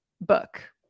book